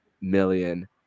million